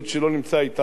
שלא נמצא אתנו,